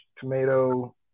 tomato